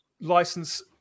license